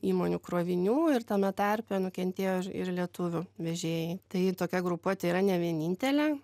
įmonių krovinių ir tame tarpe nukentėjo ir lietuvių vežėjai tai tokia grupuotė yra ne vienintelė